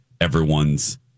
everyone's